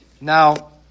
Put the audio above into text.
Now